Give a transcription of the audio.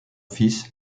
fils